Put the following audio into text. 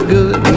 Good